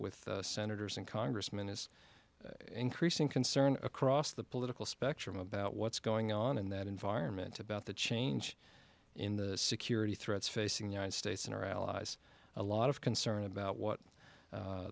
with senators and congressmen is increasing concern across the political spectrum about what's going on in that environment about the change in the security threats facing the united states and our allies a lot of concern about what